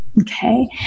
Okay